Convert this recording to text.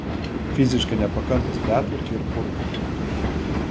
fiziškai nepakantūs betvarkei ir purvui